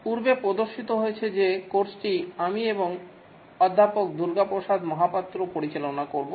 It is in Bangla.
পূর্বে প্রদর্শিত হয়েছে যে কোর্সটি আমি এবং অধ্যাপক দুর্গা প্রসাদ মহাপাত্র পরিচালনা করব